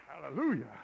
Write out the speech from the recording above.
Hallelujah